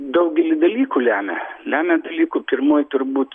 daugelį dalykų lemia lemia dalykų pirmoj turbūt